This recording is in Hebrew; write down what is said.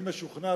אני משוכנע,